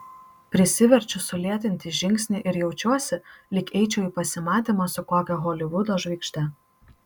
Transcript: prisiverčiu sulėtinti žingsnį ir jaučiuosi lyg eičiau į pasimatymą su kokia holivudo žvaigžde